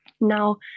Now